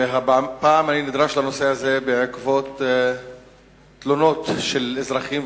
והפעם אני נדרש לנושא הזה בעקבות תלונות של אזרחים